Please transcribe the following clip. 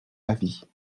avis